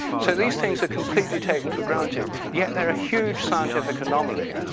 so, these things are completely taken for granted yet they're a huge scientific anomaly.